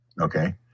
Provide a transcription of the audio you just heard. okay